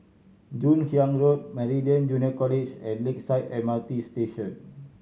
Joon Hiang Road Meridian Junior College and Lakeside M R T Station